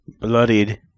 Bloodied